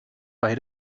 bei